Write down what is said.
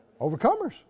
Overcomers